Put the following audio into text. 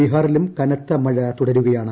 ബീഹാറിലും കനത്ത മഴ തുടരുകയാണ്